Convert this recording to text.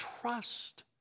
trust